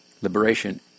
liberation